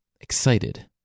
excited